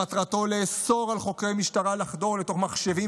מטרתו לאסור על חוקרי משטרה לחדור לתוך מחשבים